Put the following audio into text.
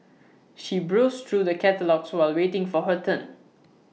she browsed through the catalogues while waiting for her turn